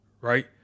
right